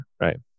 Right